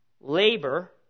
labor